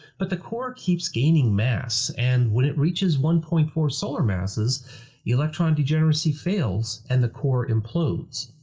but the core keeps gaining mass, and when it reaches one point four solar masses, the electron degeneracy fails and the core implodes.